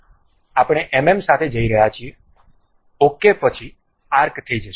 અમે mm સાથે જઈ રહ્યા છીએ OK પછી આર્ક થઈ જશે